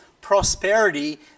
prosperity